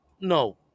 No